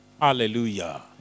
Hallelujah